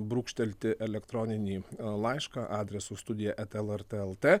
brūkštelti elektroninį laišką adresu studija eta lrt lt